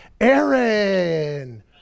Aaron